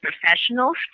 professionals